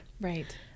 Right